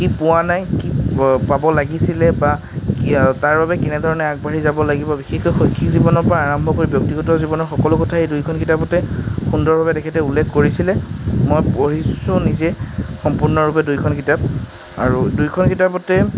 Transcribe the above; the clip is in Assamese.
কি পোৱা নাই কি পাব লাগিছিলে বা কি তাৰ বাবে কেনেদৰে আগবাঢ়ি যাব লাগিব বিশেষকৈ শৈক্ষিক জীৱনৰপৰা আৰম্ভ কৰি ব্য়ক্তিগত জীৱনৰ সকলো কথায়ে এই দুয়োখন কিতাপতে সুন্দৰভাৱে তেখেতে উল্লেখ কৰিছিলে মই পঢ়িছোঁ নিজে সম্পূৰ্ণৰূপে দুয়োখন কিতাপ আৰু দুয়োখন কিতাপতে